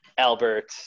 Albert